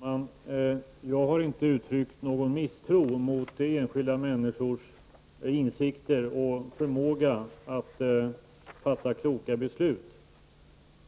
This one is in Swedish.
Herr talman! Jag har inte uttryckt någon misstro mot enskilda människors insikter och förmåga att fatta kloka beslut